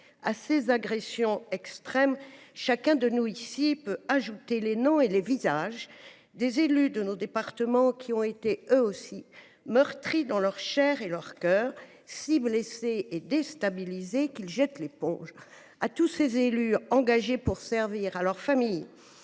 À ces agressions extrêmes, chacun de nous ici peut ajouter les noms et les visages des élus de nos départements qui ont été, eux aussi, meurtris dans leur chair et leur cœur, si blessés et déstabilisés qu’ils jettent l’éponge. À tous ces élus engagés pour servir, à leurs familles